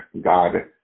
God